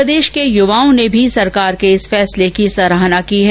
प्रदेश के युवाओं ने भी सरकार के इस फैसले की सराहना की है